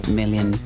million